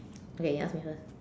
okay you ask me first